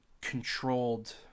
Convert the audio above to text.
controlled